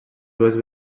dues